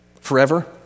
Forever